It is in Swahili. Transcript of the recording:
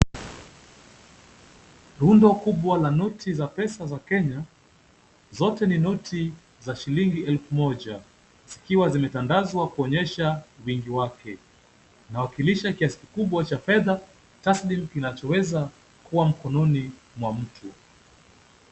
Rundo kubwa la noti za pesa za Kenya, zote ni noti za shilingi elfu moja, zikiwa zimetandazwa kuonyesha wingi wake. Nawakilisha kiasi kikubwa cha fedha taslimu kinachoweza kuwa mkononi mwa mtu.